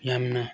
ꯌꯥꯝꯅ